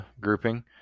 grouping